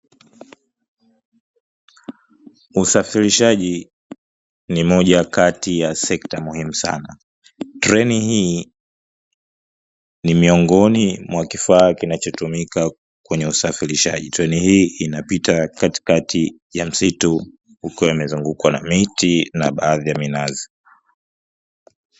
Usafirishaji ni moja kati ya sekta muhimu sana. Treni hii ni miongoni mwa kifaa kinachotumika kwenye usafirishaji. Treni hii inapita katikati ya msitu, huku imezungukwa na miti na baadhi ya minazi.